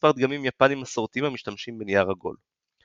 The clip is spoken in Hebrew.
מספר דגמים יפניים מסורתיים המשתמשים בנייר עגול.